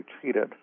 treated